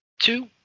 two